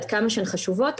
עד כמה שהן חשובות,